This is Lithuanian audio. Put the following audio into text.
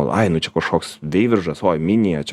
ai nu čia kažkoks veiviržas o minija čia